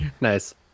Nice